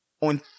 on